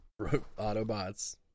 autobots